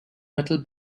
metal